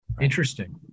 Interesting